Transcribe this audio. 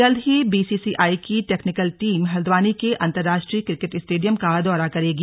जल्द ही बीसीसीआई की टेक्निकल टीम हल्द्वानी के अंतर्राष्ट्रीय क्रिकेट स्टेडियम का दौरा करेगी